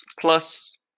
plus